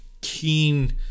keen